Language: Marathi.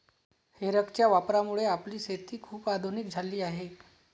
हे रॅकच्या वापरामुळे आपली शेती खूप आधुनिक झाली आहे